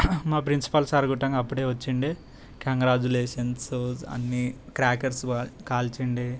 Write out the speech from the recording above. మా principal sir గుట్టంగా అప్పుడే వచ్చిండే కంగ్రాజులేషన్స్ అన్ని క్రాకర్స్ కాల్చిండే